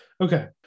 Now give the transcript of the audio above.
Okay